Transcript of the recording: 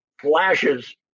flashes